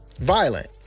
violent